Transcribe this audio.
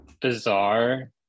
bizarre